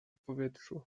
powietrzu